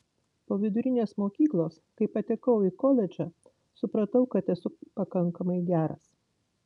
po vidurinės mokyklos kai patekau į koledžą supratau kad esu pakankamai geras